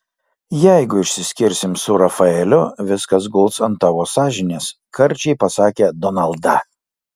jeigu išsiskirsim su rafaeliu viskas guls ant tavo sąžinės karčiai pasakė donalda